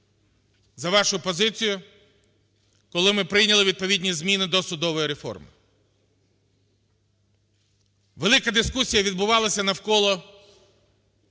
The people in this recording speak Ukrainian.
за вашою позицією, коли ми прийняли відповідні зміни до судової реформи. Велика дискусія відбувалася навколо